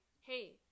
hey